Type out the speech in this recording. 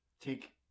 take